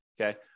okay